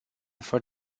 for